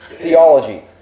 theology